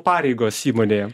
pareigos įmonėje